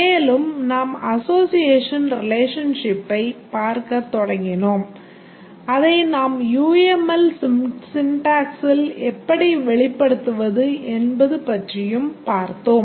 மேலும் நாம் association relationship ஐப் பார்க்கத் தொடங்கினோம் அதை நாம் UML syntaxல் எப்படி வெளிப்படுத்துவது என்பது பற்றியும் பார்த்தோம்